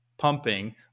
pumping